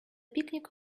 picnic